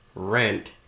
rent